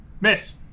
Miss